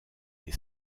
des